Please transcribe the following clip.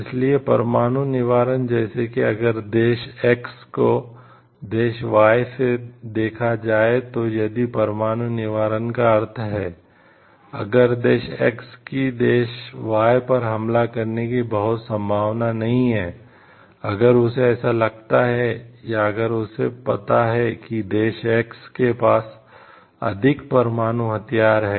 इसलिए परमाणु निवारण जैसे कि अगर देश X को देश Y से देखा जाए तो यदि परमाणु निवारण का अर्थ है अगर देश X की देश Y पर हमला करने की बहुत संभावना नहीं है अगर उसे ऐसा लगता है या अगर उसे पता है कि देश X के पास अधिक परमाणु हथियार हैं